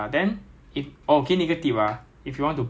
take a sip of tea first before you queue again cause like